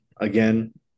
again